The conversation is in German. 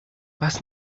was